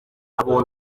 abonye